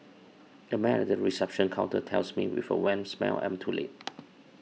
a man at the reception counter tells me with a wan smile I am too late